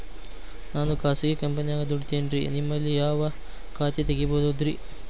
ನಾನು ಖಾಸಗಿ ಕಂಪನ್ಯಾಗ ದುಡಿತೇನ್ರಿ, ನಿಮ್ಮಲ್ಲಿ ಯಾವ ಖಾತೆ ತೆಗಿಬಹುದ್ರಿ?